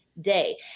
day